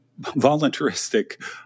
voluntaristic